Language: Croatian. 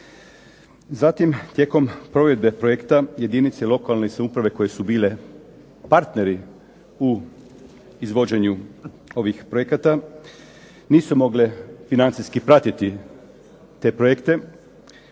Zatim, tijekom provedbe projekta jedinice lokalne samouprave koje su bile partneri u izvođenju ovih projekata nisu mogle financijski pratiti te projekte